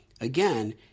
Again